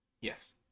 Yes